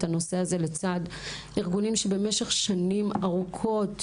הנושא הזה לצד ארגונים שבמשך שנים ארוכות